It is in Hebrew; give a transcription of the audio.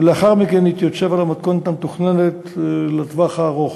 ולאחר מכן יתייצב על המתכונת המתוכננת לטווח הארוך,